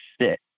sit